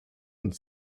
und